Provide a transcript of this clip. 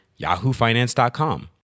yahoofinance.com